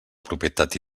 propietat